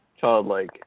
Childlike